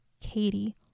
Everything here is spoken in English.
Katie